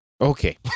Okay